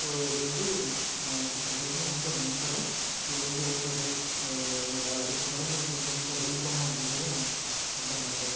so இது வந்து நான் வந்து இதை வந்து ரொம்ப நம்புகிறேன் இது வந்து ரொம்ப ஹெல்ப் அடுத்த தலைமுறைக்கு வந்து ரொம்ப ஹெல்ப் பண்ணணும் அப்படின்றத நான் ரொம்ப நம்புகிறேன்